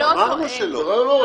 אמרנו שלא.